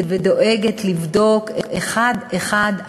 ודואגת לבדוק אחד-אחד,